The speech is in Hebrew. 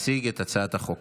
הצעת חוק